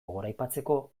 goraipatzeko